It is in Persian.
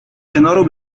کنار